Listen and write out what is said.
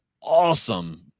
awesome